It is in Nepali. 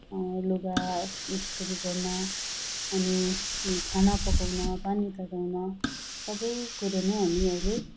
लुगा स्त्री गर्न अनि खाना पकाउन पानी तताउन सबै कुरो नै हामी अहिले